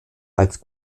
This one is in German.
als